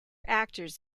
actors